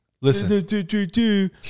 Listen